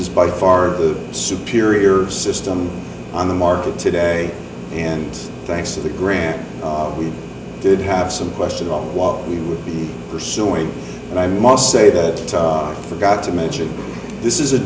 is by far the superior system on the market today and thanks to the grant we did have some question about what we would be pursuing and i must say that forgot to mention this is a